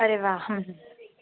अरे वा